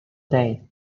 day